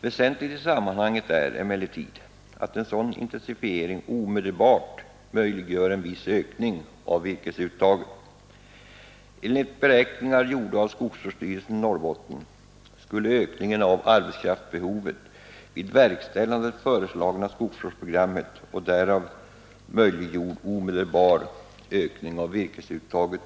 Väsentligt i sammanhanget är emellertid att en sådan intensifiering omedelbart möjliggör en viss ökning av virkesuttaget.